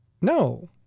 No